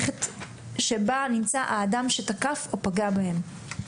שבה נמצא האדם שתקף או פגע בהם,